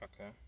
Okay